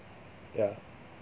yeah